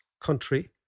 country